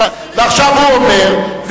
ועכשיו הוא אומר,